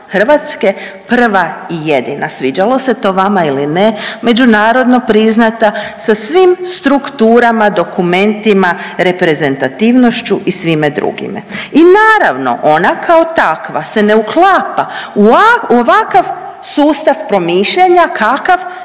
Hrvatske prva i jedina sviđalo se to vama ili ne međunarodno priznata sa svim strukturama, dokumentima, reprezentativnošću i svime drugime. I naravno ona kao takva se ne uklapa u ovakav sustav promišljanja kakav